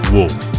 Wolf